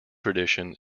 tradition